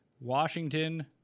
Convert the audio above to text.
washington